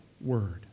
word